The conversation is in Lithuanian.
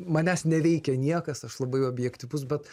manęs neveikia niekas aš labai objektyvus bet